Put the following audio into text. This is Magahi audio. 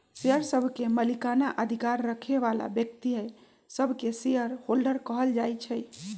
शेयर सभके मलिकना अधिकार रखे बला व्यक्तिय सभके शेयर होल्डर कहल जाइ छइ